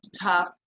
tough